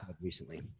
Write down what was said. recently